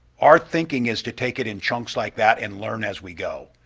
our thinking is to take it in chunks like that and learn as we go.